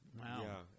Wow